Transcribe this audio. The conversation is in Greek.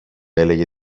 έλεγε